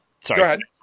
Sorry